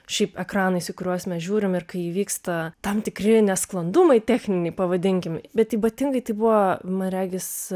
šiaip ekranais į kuriuos mes žiūrime ir kai įvyksta tam tikri nesklandumai techniniai pavadinkim bet ypatingai tai buvo man regis